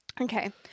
Okay